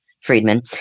friedman